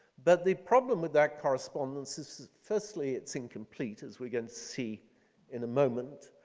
but the problem with that correspondence is firstly it's incomplete as we again see in a moment.